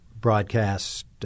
broadcast